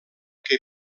que